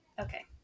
okay